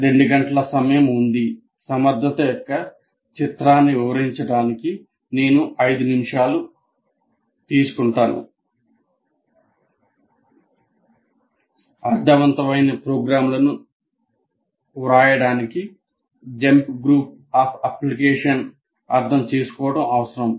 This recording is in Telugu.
2 గంటలుసమయం ఉంది సమర్థత యొక్క చిత్యాన్ని వివరించడానికి నేను 5 నిమిషాలు తీసుకుంటాను అర్ధవంతమైన ప్రోగ్రామ్లను వ్రాయడానికి జంప్ గ్రూప్ ఆఫ్ ఇన్స్ట్రక్షన్ అర్థం చేసుకోవడం అవసరం